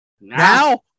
now